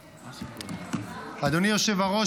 תודה, אדוני היושב-ראש.